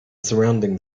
surrounding